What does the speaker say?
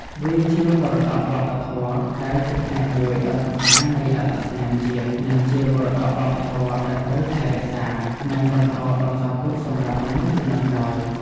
វាជាមរតកវប្បធម៌ដែលជាផ្នែកមួយដ៏សំខាន់នៃអត្តសញ្ញាណជាតិ និងជាមរតកវប្បធម៌ដែលត្រូវថែរក្សា និងបន្តបន្សល់ទុកសម្រាប់មនុស្សជំនាន់ក្រោយ។